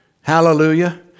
Hallelujah